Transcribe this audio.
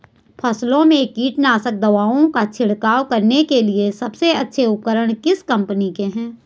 फसलों में कीटनाशक दवाओं का छिड़काव करने के लिए सबसे अच्छे उपकरण किस कंपनी के हैं?